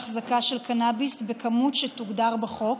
והחזקה של קנביס בכמות שתוגדר בחוק,